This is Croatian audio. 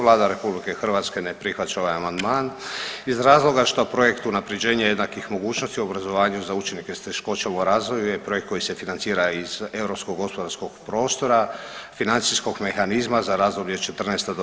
Vlada RH ne prihvaća ovaj amandman iz razloga što projekt unaprjeđenje jednakih mogućnosti u obrazovanju za učenike s teškoćama u razvoju je projekt koji se financira iz europskog gospodarskog prostora, Financijskog mehanizma za razdoblje '14.-'21.